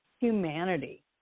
humanity